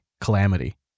calamity